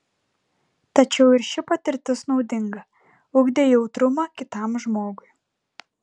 tačiau ir ši patirtis naudinga ugdė jautrumą kitam žmogui